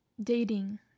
dating